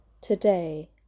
today